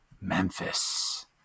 Memphis